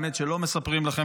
האמת שלא מספרים לכם,